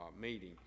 meeting